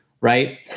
Right